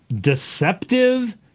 deceptive